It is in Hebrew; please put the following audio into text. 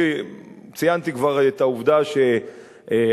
ציינתי כבר את העובדה שהעוני,